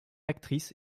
actrice